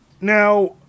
Now